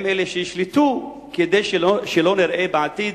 הם אלה שישלטו, כדי שלא נראה בעתיד